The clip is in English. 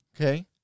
okay